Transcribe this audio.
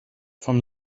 vom